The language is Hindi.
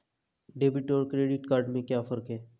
डेबिट और क्रेडिट में क्या फर्क है?